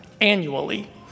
annually